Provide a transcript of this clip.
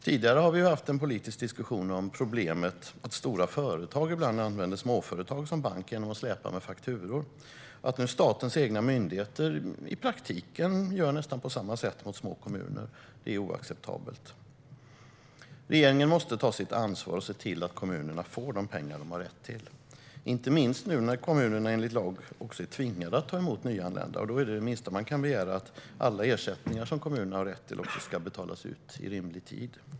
Tidigare har vi haft en politisk diskussion om problemet att stora företag ibland använder småföretag som bank genom att släpa efter med fakturor. Att statens egna myndigheter nu i praktiken gör på nästan samma sätt mot små kommuner är oacceptabelt. Regeringen måste ta sitt ansvar och se till att kommunerna får de pengar de har rätt till - inte minst nu när kommunerna enligt lag är tvingade att ta emot nyanlända. Det minsta man kan begära är att alla ersättningar kommunen har rätt till ska betalas ut i rimlig tid.